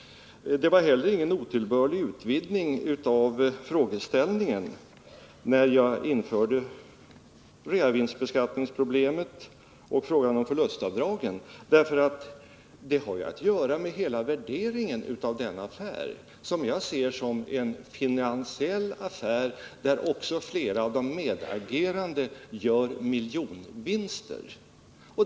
Det var heller ingen otillbörlig utvidgning av frågeställningen när jag införde reavinstbeskattningsproblemet och frågan om förlustavdrag. Det har att göra med hela värderingen av denna affär, som jag ser som en finansiell affär, där också flera av de medagerande gör miljonvinster.